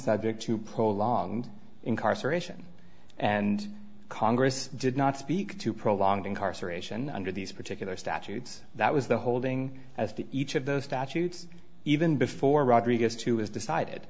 subject to poll long and incarceration and congress did not speak to prolonged incarceration under these particular statutes that was the holding as the each of those statutes even before rodriguez to is decided